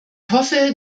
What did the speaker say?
hoffe